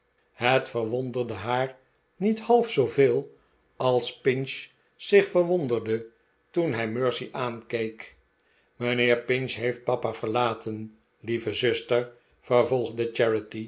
het verwonderde haar niet half zooveel als pinch zich verwonderde toen hij mercy aankeek mijnheer pinch heeft papa verlaten lieve zuster vervolgde